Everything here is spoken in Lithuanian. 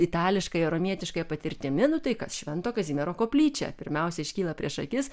itališkąja romietiškąja patirtimi nu tai kas švento kazimiero koplyčią pirmiausia iškyla prieš akis